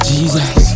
Jesus